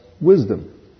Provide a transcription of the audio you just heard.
wisdom